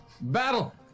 battle